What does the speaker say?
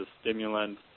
stimulant